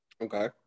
Okay